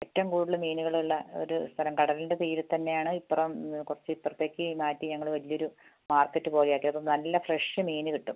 ഏറ്റവും കൂടുതൽ മീനുകൾ ഉള്ള ഒരു സ്ഥലം കടലിൻ്റെ തീരത്ത് തന്നെയാണ് ഇപ്പുറം കുറച്ച് ഇപ്പുറത്തേക്ക് മാറ്റി ഞങ്ങൾ വലിയൊരു മാർക്കറ്റ് പോലെയാക്കി അപ്പോൾ നല്ല ഫ്രഷ് മീൻ കിട്ടും